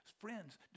friends